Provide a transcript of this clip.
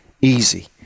easy